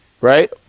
Right